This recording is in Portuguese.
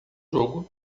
jogo